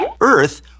Earth